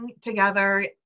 together